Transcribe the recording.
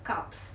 carbs